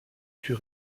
plus